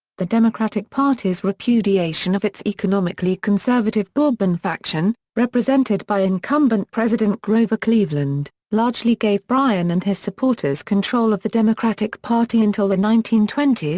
the democratic party's repudiation of its economically conservative bourbon faction, represented by incumbent president grover cleveland, largely gave bryan and his supporters control of the democratic party until the nineteen twenty s,